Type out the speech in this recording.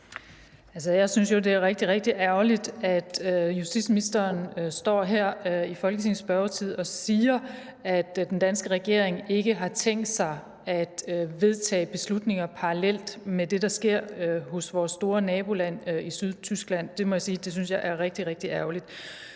er rigtig, rigtig ærgerligt, at justitsministeren står her i Folketingets spørgetid og siger, at den danske regering ikke har tænkt sig at vedtage beslutninger parallelt med det, der sker hos vores store naboland i syd, Tyskland. Det må jeg sige jeg